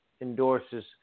endorses